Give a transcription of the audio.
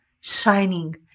shining